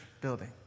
building